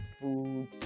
food